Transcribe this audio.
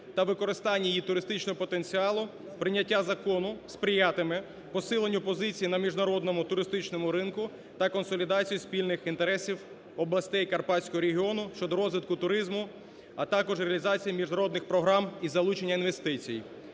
та використання її туристичного потенціалу, прийняття закону сприятиме посиленню позицій на міжнародному туристичному ринку та консолідацію спільних інтересів областей карпатського регіону щодо розвитку туризму, а також реалізації міжнародних програм із залучення інвестицій.